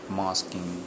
masking